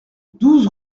douze